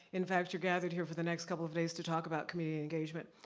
in fact, you're gathered here for the next couple of days to talk about community engagement.